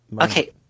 Okay